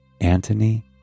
Antony